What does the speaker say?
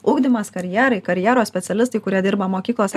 ugdymas karjerai karjeros specialistai kurie dirba mokyklose